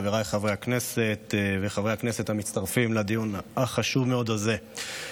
חבריי חברי הכנסת וחברי הכנסת המצטרפים לדיון החשוב מאוד הזה,